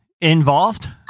involved